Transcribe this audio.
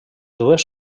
dues